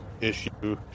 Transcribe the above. issue